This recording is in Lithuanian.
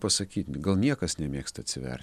pasakyt gal niekas nemėgsta atsiver